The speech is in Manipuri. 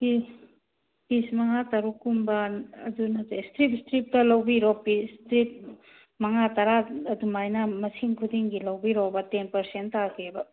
ꯄꯤꯁ ꯄꯤꯁ ꯃꯉꯥ ꯇꯔꯨꯛꯀꯨꯝꯕ ꯑꯗꯨ ꯅꯠꯇꯦ ꯏꯁꯇ꯭ꯔꯤꯞ ꯏꯁꯇ꯭ꯔꯤꯞꯇ ꯂꯧꯕꯤꯔꯣ ꯄꯤꯁꯇꯤ ꯃꯉꯥ ꯇꯔꯥ ꯑꯗꯨꯃꯥꯏꯅ ꯃꯁꯤꯡ ꯈꯨꯗꯤꯡꯒꯤ ꯂꯧꯕꯤꯔꯣꯕ ꯇꯦꯟ ꯄꯥꯔꯁꯦꯟ ꯇꯥꯒꯦꯕ